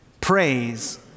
praise